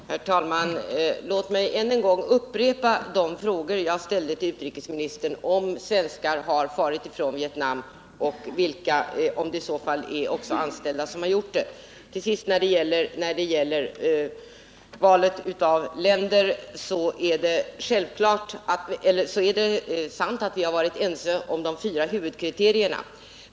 Herr talman! Låt mig än en gång upprepa de frågor jag ställde till utrikesministern om huruvida svenskar har farit från Vietnam och om det i så fall också är anställda som har gjort det. Till sist när det gäller valet av länder, så är det sant att vi har varit eniga om de fyra huvudkriterierna.